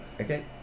Okay